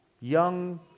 young